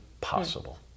possible